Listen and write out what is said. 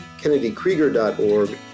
kennedykrieger.org